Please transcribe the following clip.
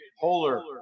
Polar